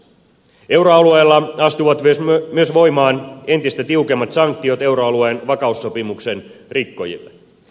euroalueella astuvat voimaan myös entistä tiukemmat sanktiot euroalueen vakaussopimuksen rikkojille